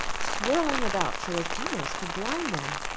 swirling about so as almost to blind them.